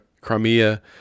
Crimea